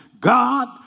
God